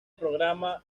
programa